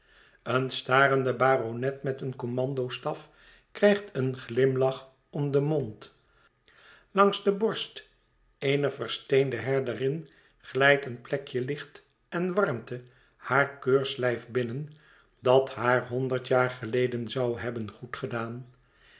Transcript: een starende baronet met een kommandostaf krijgt een glimlach om den mond langs de borst eener versteende herderin glijdt een plekje licht en warmte haar keurslijf binnen dat haar honderd jaar geleden zou hebben goedgedaan